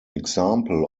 example